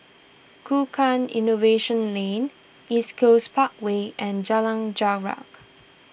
Tukang Innovation Lane East Coast Parkway and Jalan Jarak